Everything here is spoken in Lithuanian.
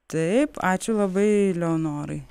taip ačiū labai leonorai